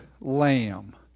lamb